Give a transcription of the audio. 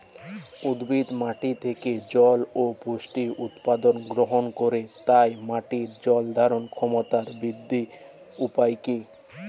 উদ্ভিদ মাটি থেকে জল ও পুষ্টি উপাদান গ্রহণ করে তাই মাটির জল ধারণ ক্ষমতার বৃদ্ধির উপায় কী?